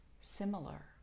similar